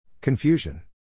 Confusion